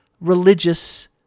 religious